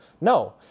No